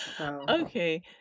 Okay